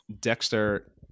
Dexter